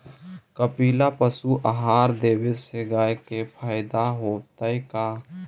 कपिला पशु आहार देवे से गाय के फायदा होतै का?